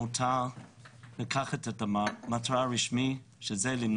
העמותה שלנו היא הסניף הישראלי הרשמי באיגוד